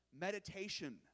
meditation